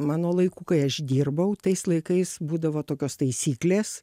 mano laiku kai aš dirbau tais laikais būdavo tokios taisyklės